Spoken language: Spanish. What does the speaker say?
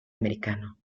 americano